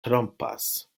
trompas